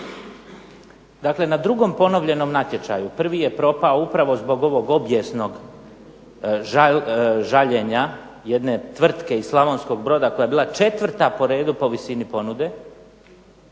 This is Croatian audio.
Dakle, na drugom ponovljenom natječaju, prvi je propao upravo zbog ovog obijesnog žaljenja jedne tvrtke iz Slavonskog Broda koja je bila četvrta po redu po visini ponude,